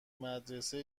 مدرسه